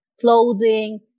clothing